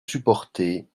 supporter